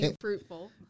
fruitful